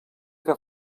que